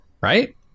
right